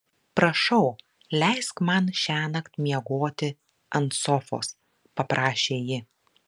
prašau leisk man šiąnakt miegoti ant sofos paprašė ji